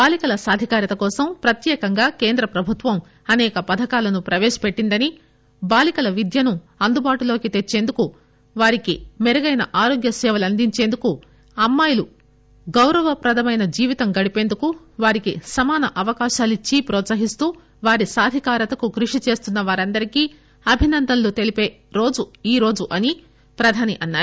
బాలికల సాధికారత కోసం ప్రత్యేకంగా కేంద్ర ప్రభుత్వం అసేక పథకాలను ప్రవేశపెట్టిందని బాలికల విద్యను అందుబాటులోకి తెచ్చేందుకు వారికి మెరుగైన ఆరోగ్య సేవలు అందించేందుకు అమ్మాయిలు గౌరవప్రదమైన జీవితాన్ని గడిపేందుకు వారికి సమాన అవకాశాలు ఇచ్చి ప్రోత్సహిస్తూ వారి సాధికారతకు కృషి చేస్తున్న వారందరికీ అభినందనలు తెలిప రోజు ఈనాడు అని ప్రధాని అన్నారు